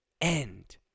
end